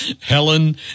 Helen